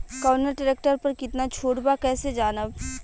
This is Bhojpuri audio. कवना ट्रेक्टर पर कितना छूट बा कैसे जानब?